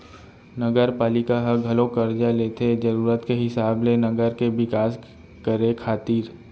नगरपालिका ह घलोक करजा लेथे जरुरत के हिसाब ले नगर के बिकास करे खातिर